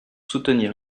soutenir